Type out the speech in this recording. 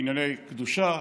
בענייני קדושה,